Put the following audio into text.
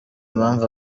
mpamvu